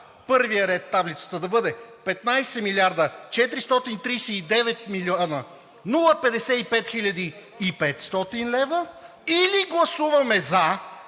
първия ред на таблицата да бъде 15 млрд. 439 млн. 055 хил. и 500 лв., или гласуваме за